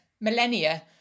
millennia